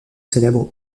célèbres